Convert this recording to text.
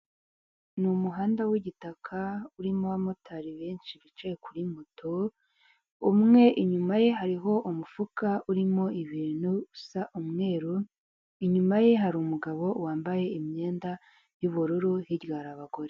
Ni umuhanda w'igitaka urimo abamotari benshi bicaye kuri moto, umwe inyuma ye hariho umufuka urimo ibintu usa umweru. Inyuma ye hari umugabo wambaye imyenda y'ubururu, hirya hari abagore.